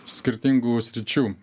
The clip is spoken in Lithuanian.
skirtingų sričių